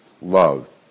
Love